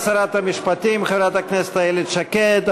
תודה לשרת המשפטים חברת הכנסת איילת שקד.